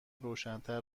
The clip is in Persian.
روشنتر